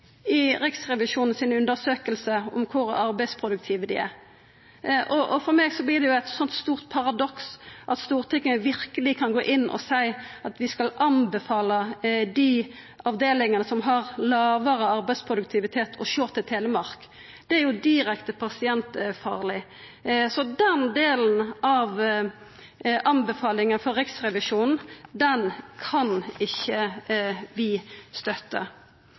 i Riksrevisjonen si undersøking av kor arbeidsproduktive dei er. For meg vert det eit stort paradoks at Stortinget verkeleg kan gå inn og seia at vi skal anbefala dei avdelingane som har lågare arbeidsproduktivitet, å sjå til Telemark. Det er jo direkte pasientfarleg, så den delen av anbefalinga frå Riksrevisjonen kan ikkje vi